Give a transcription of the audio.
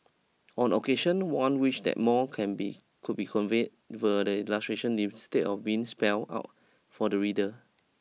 on occasion one wishes that more can be could be conveyed via the illustrations leave stead of being spelt out for the reader